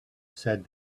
said